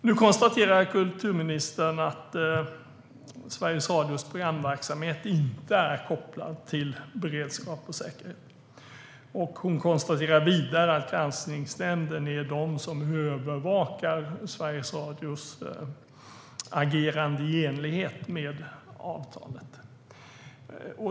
Nu konstaterar kulturministern att Sveriges Radios programverksamhet inte är kopplad till beredskap och säkerhet. Hon konstaterar vidare att det är Granskningsnämnden som övervakar Sveriges Radios agerande i enlighet med avtalet.